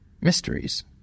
mysteries